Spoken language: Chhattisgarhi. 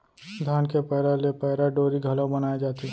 धान के पैरा ले पैरा डोरी घलौ बनाए जाथे